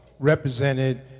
Represented